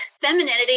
femininity